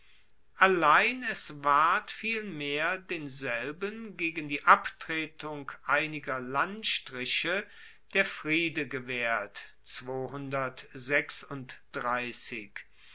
allein es ward vielmehr denselben gegen die abtretung einiger landstriche der friede gewaehrt